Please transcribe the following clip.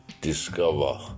Discover